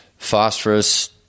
phosphorus